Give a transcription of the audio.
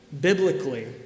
biblically